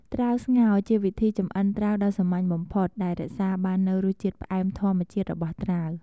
ត្រាវស្ងោរ ជាវិធីចម្អិនត្រាវដ៏សាមញ្ញបំផុតដែលរក្សាបាននូវរសជាតិផ្អែមធម្មជាតិរបស់ត្រាវ។